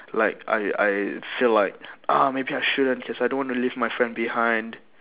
like I I feel like ah maybe I shouldn't cause I don't want to leave my friend behind